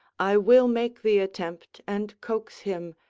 i will make the attempt and coax him,